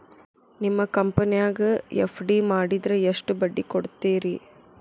ನಿಮ್ಮ ಕಂಪನ್ಯಾಗ ಎಫ್.ಡಿ ಮಾಡಿದ್ರ ಎಷ್ಟು ಬಡ್ಡಿ ಕೊಡ್ತೇರಿ?